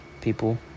people